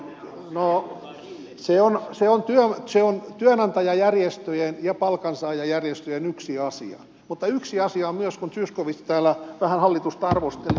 no se on työnantajajärjestöjen ja palkansaajajärjestöjen yksi asia mutta yksi asia on myös kun zyskowicz täällä vähän hallitusta arvosteli pankkivaltuusto